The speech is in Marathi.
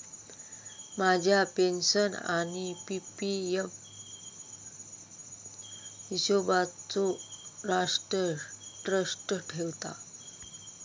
माझ्या पेन्शन आणि पी.पी एफ हिशोबचो राष्ट्र ट्रस्ट ठेवता